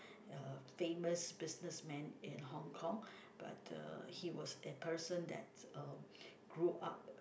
uh famous business man in Hong-Kong but uh he was a person that uh grew up